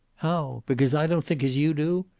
how? because i don't think as you do?